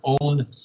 own